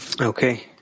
Okay